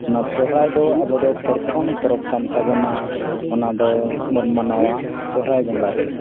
ᱚᱱᱟ ᱥᱚᱦᱚᱨᱟᱭ ᱫᱚ ᱟᱵᱚᱫᱚ ᱯᱨᱚᱛᱷᱚᱢ ᱯᱚᱨᱚᱵᱽ ᱠᱟᱱ ᱛᱟᱵᱚᱱᱟ ᱚᱱᱟ ᱫᱚᱵᱚᱱ ᱢᱟᱱᱟᱣᱟ ᱥᱚᱦᱚᱨᱟᱭ ᱵᱚᱸᱜᱟᱨᱮ